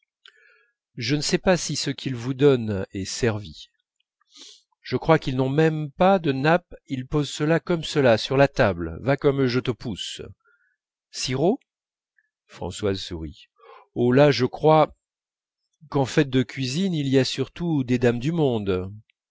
je ne sais pas si ce qu'ils vous donnent est servi je crois qu'ils n'ont même pas de nappe ils posent cela comme cela sur la table va comme je te pousse cirro françoise sourit oh là je crois qu'en fait de cuisine il y a surtout des dames du monde